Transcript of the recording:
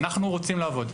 אנחנו רוצים לעבוד.